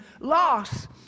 loss